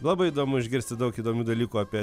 labai įdomu išgirsti daug įdomių dalykų apie